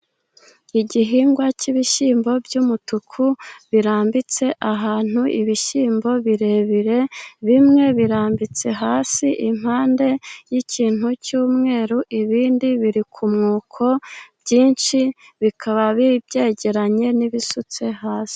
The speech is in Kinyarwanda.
Igihingwa cy'ibishyimbo by'umutuku birambitse ahantu. Ibishyimbo birebire bimwe birambitse hasi impande y'ikintu cy'umweru, ibindi biri ku mwuko, byinshi bikaba byegeranye n'ibisutse hasi.